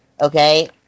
okay